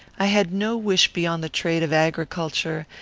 i had no wish beyond the trade of agriculture,